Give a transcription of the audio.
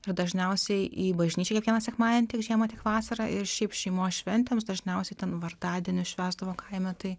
ir dažniausiai į bažnyčią kiekvieną sekmadienį tiek žiemą tiek vasarą ir šiaip šeimos šventėms dažniausiai ten vardadienį švęsdavo kaime tai